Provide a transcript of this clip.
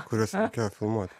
kuriuos reikėjo filmuot